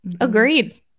Agreed